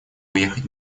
уехать